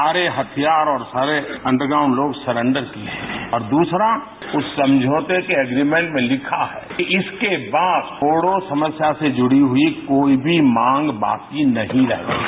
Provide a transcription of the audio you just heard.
सारे हथियार और सारे अंडरग्राउंड लोग सरेंडर किए हैं और दूसरा उस समझौते के एग्रीमेंट में लिखा है कि इसके बाद बोडो समस्या से जुड़ी हुई कोई भी मांग बाकी नहीं रहेगी